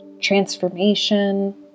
transformation